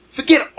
Forget